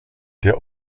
der